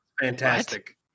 fantastic